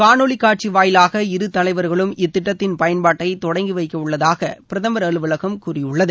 காணொலிக்காட்சி வாயிலாக இரு தலைவர்களும் இத்திட்டத்தின் பயன்பாட்டை தொடங்கிவைக்க உள்ளதாக பிரதமர் அலுவலகம் கூறியுள்ளது